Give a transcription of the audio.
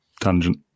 tangent